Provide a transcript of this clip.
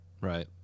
Right